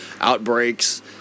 outbreaks